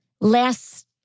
last